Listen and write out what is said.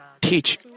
teach